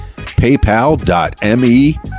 PayPal.me